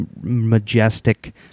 majestic